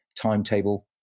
timetable